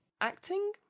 acting